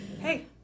Hey